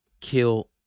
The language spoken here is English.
kill